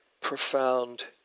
profound